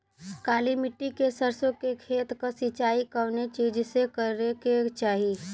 काली मिट्टी के सरसों के खेत क सिंचाई कवने चीज़से करेके चाही?